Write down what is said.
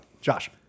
Josh